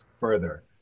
further